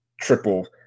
triple